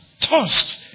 tossed